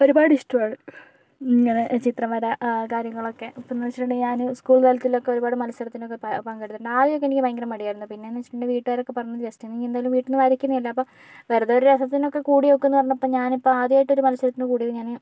ഒരുപാട് ഇഷ്ടമാണ് ഇങ്ങനെ ചിത്രം വര ആ കാര്യങ്ങളൊക്കെ അപ്പോഴെന്ന് വെച്ചിട്ടുണ്ടെങ്കിൽ ഞാൻ സ്കൂൾ തലത്തിലൊക്കെ ഒരുപാട് മത്സരത്തിനൊക്കെ പങ്കെടുത്തിട്ടുണ്ട് ആദ്യമൊക്കെ എനിക്ക് ഭയങ്കര മടിയായിരുന്നു പിന്നെയെന്ന് വെച്ചിട്ടുണ്ടെങ്കിൽ വീട്ടുകാരൊക്കെ പറഞ്ഞ് ജസ്റ്റ് നീയെന്തായാലും വീട്ടിൽ നിന്ന് വരയ്ക്കുന്നതല്ലേ അപ്പോൾ വെറുതെ ഒരു രസത്തിനൊക്കെ കൂടി നോക്കെന്ന് പറഞ്ഞപ്പോൾ ഞാനിപ്പോൾ ആദ്യമായിട്ട് ഒരു മത്സരത്തിന് കൂടിയത് ഞാൻ